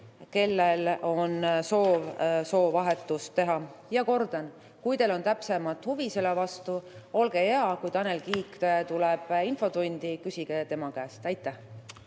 kellel on soov soovahetust teha. Ja kordan veel: kui teil on täpsem huvi selle vastu, siis olge hea, kui Tanel Kiik tuleb infotundi, küsige tema käest. Ja